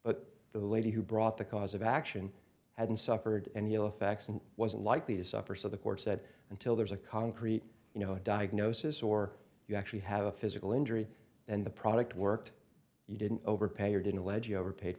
but the lady who brought the cause of action hadn't suffered any ill effects and wasn't likely to suffer so the court said until there's a concrete you know a diagnosis or you actually have a physical injury and the product worked you didn't overpay or didn't allege overpaid